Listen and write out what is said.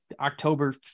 October